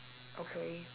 okay